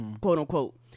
quote-unquote